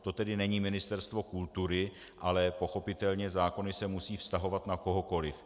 To tedy není Ministerstvo kultury, ale pochopitelně zákony se musí vztahovat na kohokoli.